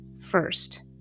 first